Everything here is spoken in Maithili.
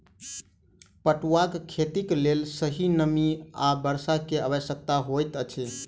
पटुआक खेतीक लेल सही नमी आ वर्षा के आवश्यकता होइत अछि